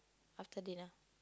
after dinner